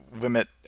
limit